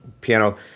Piano